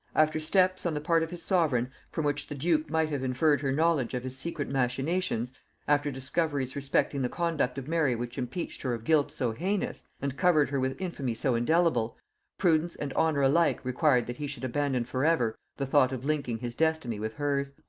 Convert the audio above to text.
after steps on the part of his sovereign from which the duke might have inferred her knowledge of his secret machinations after discoveries respecting the conduct of mary which impeached her of guilt so heinous, and covered her with infamy so indelible prudence and honor alike required that he should abandon for ever the thought of linking his destiny with hers.